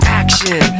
action